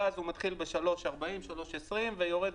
ואז הוא מתחיל ב-3.4 שקל או 3.2 שקל ויורד.